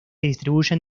distribuyen